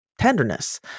tenderness